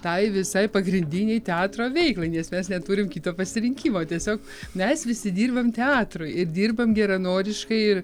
tai visai pagrindinei teatro veiklai nes mes neturim kito pasirinkimo o tiesiog mes visi dirbam teatrui ir dirbam geranoriškai ir